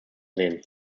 sehen